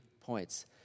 points